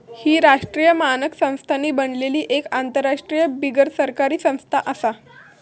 ही राष्ट्रीय मानक संस्थांनी बनलली एक आंतरराष्ट्रीय बिगरसरकारी संस्था आसा